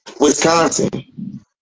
Wisconsin